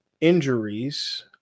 injuries